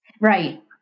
Right